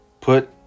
put